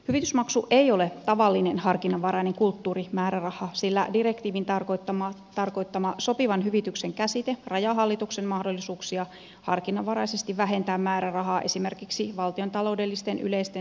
hyvitysmaksu ei ole tavallinen harkinnanvarainen kulttuurimääräraha sillä direktiivin tarkoittama sopivan hyvityksen käsite rajaa hallituksen mahdollisuuksia harkinnanvaraisesti vähentää määrärahaa esimerkiksi valtiontaloudellisten yleisten säästötarpeiden vuoksi